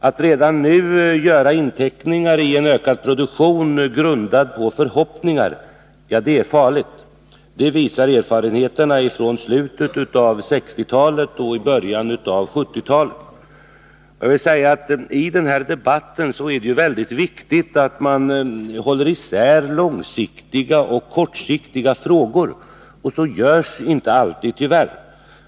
Att redan nu göra inteckningar i en ökad produktion grundad på förhoppningar är farligt. Det visar erfarenheterna från slutet av 1960-talet och början av 1970-talet. Jag vill säga att det är väldigt viktigt att man i den här debatten håller isär långsiktiga och kortsiktiga frågor. Så görs tyvärr inte alltid.